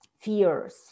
fears